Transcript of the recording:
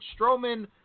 Strowman